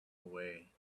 away